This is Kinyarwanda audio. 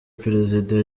perezida